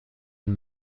and